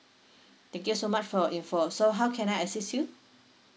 thank you so much for your info so how can I assist you